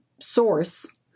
source